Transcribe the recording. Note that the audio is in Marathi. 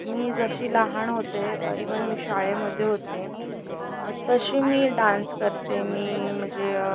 मी जशी लहान होते इव्हन मी शाळेमध्ये होते तशी मी डान्स करते मी म्हणजे